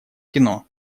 кино